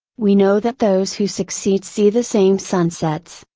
we know that those who succeed see the same sunsets,